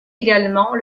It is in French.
également